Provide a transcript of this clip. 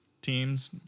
teams